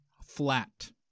flat